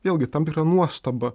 vėlgi tam tikra nuostaba